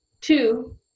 two